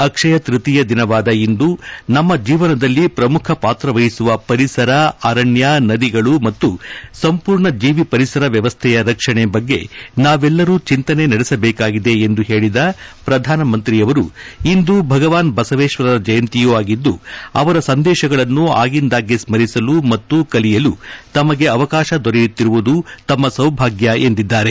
ಅಕ್ಷಯತ್ರಪೀಯ ದಿನವಾದ ಇಂದು ನಮ್ನ ಜೀವನದಲ್ಲಿ ಕ್ರಮುಖ ಪಾತ್ರ ವಹಿಸುವ ಪರಿಸರ ಅರಣ್ಯ ನದಿಗಳು ಮತ್ತು ಸಂಪೂರ್ಣ ಜೀವಿ ಪರಿಸರ ವ್ಯವಸ್ಥೆಯ ರಕ್ಷಣೆ ಬಗ್ಗೆ ನಾವೆಲ್ಲರೂ ಚಿಂತನೆ ನಡೆಸಬೇಕಾಗಿದೆ ಎಂದು ಹೇಳದ ಪ್ರಧಾನಮಂತ್ರಿಯವರು ಇಂದು ಭಗವಾನ್ ಬಸವೇಶ್ವರರ ಜಯಂತಿಯೂ ಆಗಿದ್ದು ಅವರ ಸಂದೇಶಗಳನ್ನು ಆಗಿಂದಾಗ್ಗೆ ಸ್ತರಿಸಲು ಮತ್ತು ಕಲಿಯಲು ತಮಗೆ ಅವಕಾಶ ದೊರೆಯುತ್ತಿರುವುದು ತಮ್ಮ ಸೌಭಾಗ್ಯ ಎಂದಿದ್ದಾರೆ